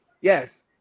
yes